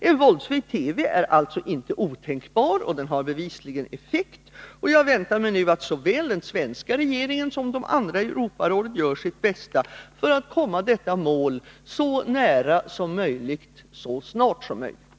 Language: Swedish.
En våldsfri TV är alltså inte otänkbar, och den har bevisligen effekt. Jag väntar mig att såväl den svenska regeringen som de andra regeringarna i Europa gör sitt bästa för att komma detta mål så nära som möjligt så snart som möjligt.